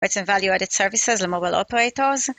Rights and Value Added Services, למוביל אופרטורס.